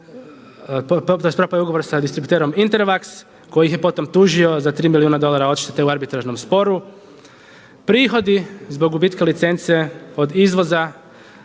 zavodu ugovor s distributerom … koji ih je potom tužio za tri milijuna dolara odštete u arbitražnom sporu. Prihodi zbog gubitka licence od izvoza